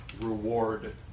reward